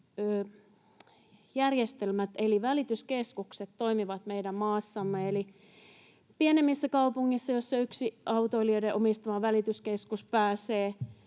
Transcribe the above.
välitysjärjestelmät eli välityskeskukset toimivat meidän maassamme. Eli pienemmissä kaupungeissa, joissa yksi autoilijoiden omistama välityskeskus pääsee